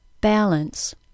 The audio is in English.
Balance